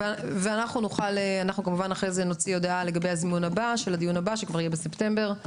כמובן שאחרי זה נוציא הודעה לגבי הדיון הבא שיהיה בספטמבר.